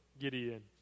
Gideon